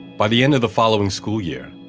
by the end of the following school year,